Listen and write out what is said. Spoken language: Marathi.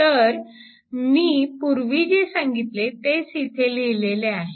तर मी पूर्वी जे सांगितले तेच इथे लिहिलेले आहे